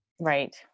right